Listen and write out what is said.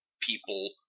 people